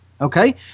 Okay